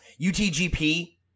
utgp